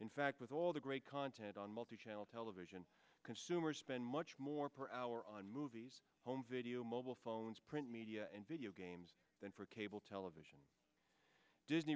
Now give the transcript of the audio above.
in fact with all the great content on multi channel television consumers spend much more per hour on movies home video mobile phones print media and video games than for cable television disney